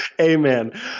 amen